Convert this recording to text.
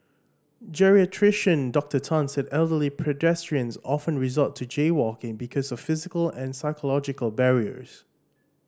geriatrician Dr Tan said elderly pedestrians often resort to jaywalking because of physical and psychological barriers